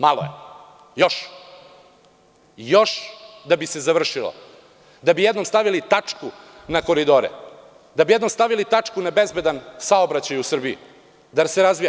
Malo je, treba još da bi se završilo, da bi jednom stavili tačku na koridore, da bi jednom stavili tačku na bezbedan saobraćaj u Srbiji, da se razvija.